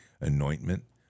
anointment